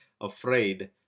afraid